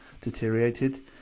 deteriorated